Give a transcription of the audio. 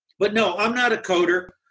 but no, i'm not a coder,